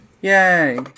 Yay